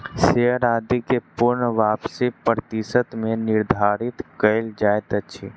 share आदि के पूर्ण वापसी प्रतिशत मे निर्धारित कयल जाइत अछि